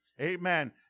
Amen